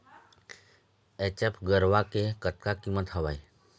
HF गरवा के कतका कीमत हवए?